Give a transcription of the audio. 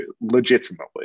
legitimately